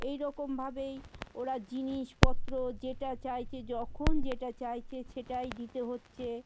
এইরকমভাবেই ওরা জিনিসপত্র যেটা চাইছে যখন যেটা চাইছে সেটাই দিতে হচ্ছে